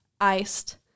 iced